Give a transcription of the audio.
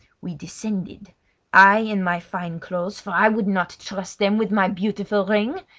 we descended i in my fine clothes, for i would not trust them with my beautiful ring!